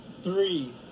three